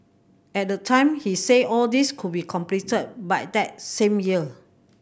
at the time he said all these could be completed by that same year